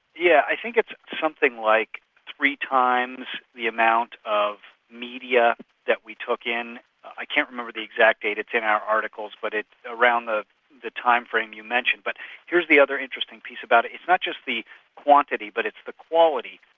yeah i think it's something like three times the amount of media that we took in i can't remember the exact date, it's in our articles but it's around the the time frame you mentioned. but here's the other interesting piece about it it's not just the quantity but it's the quality.